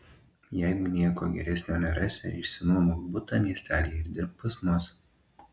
jeigu nieko geresnio nerasi išsinuomok butą miestelyje ir dirbk pas mus